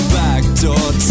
backdoor